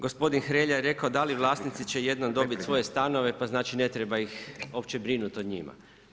Gospodin Hrelja je rekao, da li vlasnici će jednom dobiti svoje stanove, pa znači, ne treba ih opće brinuti o njima.